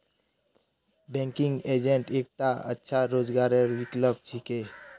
banking agent एकता अच्छा रोजगारेर विकल्प छिके